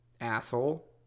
asshole